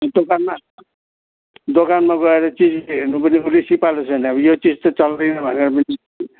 दोकानमा दोकानमा गएर चिजबिज हेर्नु पनि ऊ सिपालु छ यो चिज चाहिँ चल्दैन भनेर